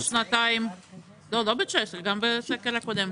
לא ב-2019, גם בסקר הקודם.